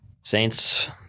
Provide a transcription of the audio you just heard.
Saints